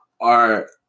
are-